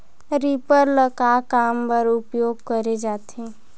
Reaper ल का काम बर उपयोग करे जाथे?